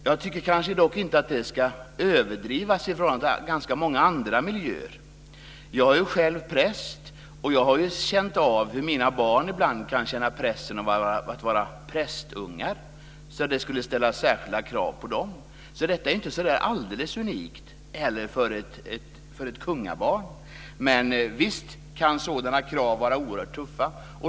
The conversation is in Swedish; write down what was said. Jag tycker dock inte att betydelsen ska överdrivas jämfört med många andra miljöer. Jag är själv präst och mina barn har ibland känt pressen av att det ställts särskilda krav på dem som prästungar. Detta är inte så alldeles unikt för ett kungabarn, men visst kan sådana krav vara oerhört tuffa.